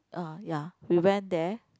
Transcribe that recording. uh ya we went there